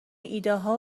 ایدهها